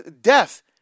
Death